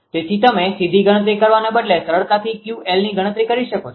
તેથી તમે સીધી ગણતરી કરવાને બદલે સરળતાથી 𝑄𝑙ની ગણતરી કરી શકો છો